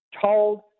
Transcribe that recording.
told